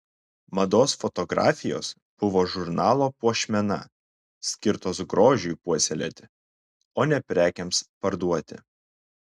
mados fotografijos buvo žurnalo puošmena skirtos grožiui puoselėti o ne prekėms parduoti